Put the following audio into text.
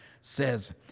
says